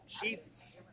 Jesus